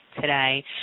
today